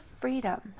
freedom